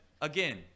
again